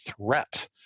threat